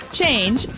change